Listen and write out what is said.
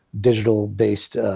digital-based